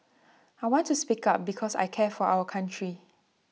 I want to speak up because I care for our country